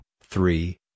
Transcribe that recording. three